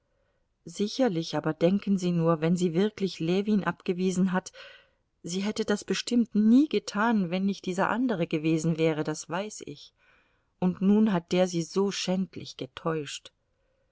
sicherlich aber denken sie nur wenn sie wirklich ljewin abgewiesen hat sie hätte das bestimmt nie getan wenn nicht dieser andere gewesen wäre das weiß ich und nun hat der sie so schändlich getäuscht